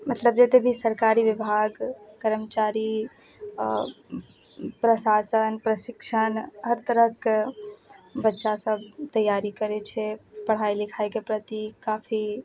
मतलब जते भी सरकारी विभाग कर्मचारी प्रशासन प्रशिक्षण हर तरहक बच्चा सब तैयारी करै छै पढ़ाइ लिखाइके प्रति काफी